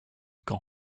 caen